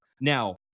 Now